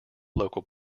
local